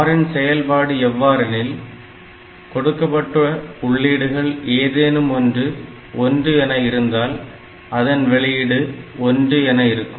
OR இன் செயல்பாடு என்னவென்றால் கொடுக்கப்பட்ட உள்ளீடுகள் ஏதேனும் ஒன்று 1 என இருந்தால் அதன் வெளியீடு 1 என இருக்கும்